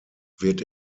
wird